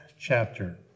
chapter